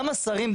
גם השרים,